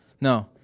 No